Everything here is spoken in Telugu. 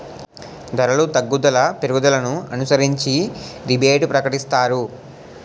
ధరలు తగ్గుదల పెరుగుదలను అనుసరించి రిబేటు ప్రకటిస్తారు